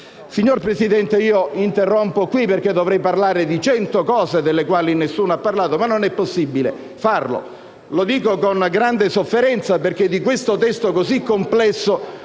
Signor Presidente, interrompo qui il mio intervento: dovrei parlare di svariati argomenti dei quali nessuno ha parlato, ma non è possibile farlo. Lo dico con grande sofferenza, perché di questo testo così complesso